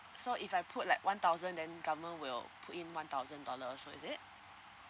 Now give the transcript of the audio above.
so if I put like one thousand then government will put in one thousand dollar also is it